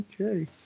Okay